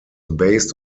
based